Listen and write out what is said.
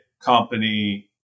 company